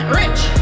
rich